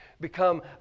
become